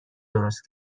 درست